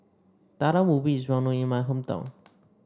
Talam Ubi is well known in my hometown